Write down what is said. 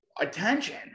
attention